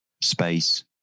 space